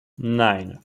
nine